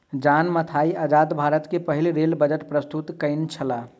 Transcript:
John Mathai आजाद भारत के पहिल रेल बजट प्रस्तुत केनई छला